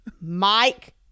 Mike